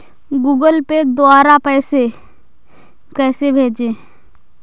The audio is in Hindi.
गूगल पे द्वारा पैसे कैसे भेजें?